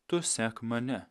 tu sek mane